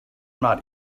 not